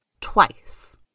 Twice